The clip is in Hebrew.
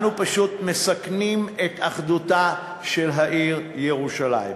אנו פשוט מסכנים את אחדותה של העיר ירושלים.